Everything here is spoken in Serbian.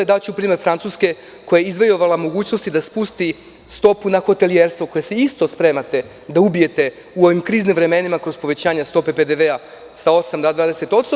Daću primer Francuske koja je izvojevala mogućnost da spusti stopu na hotelijerstvo, koje ćete takođe da ubijete u ovim kriznim vremenima kroz povećanje stope PDV sa 8 na 20%